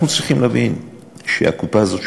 אנחנו צריכים להבין שהקופה הזאת,